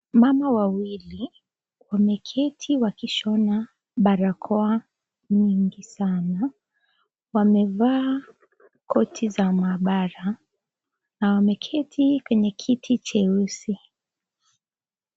Mama wawili wameketi wakishona barakoa nyingi sana, wamevaa koti za mahabara na wameketi kwenye kiti cheusi.